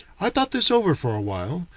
i thought this over for awhile,